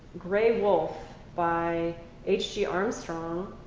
gray wolf by hg armstrong,